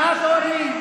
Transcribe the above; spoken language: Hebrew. גם את, אורלי?